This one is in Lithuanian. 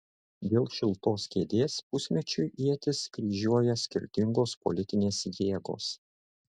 dėl šiltos kėdės pusmečiui ietis kryžiuoja skirtingos politinės jėgos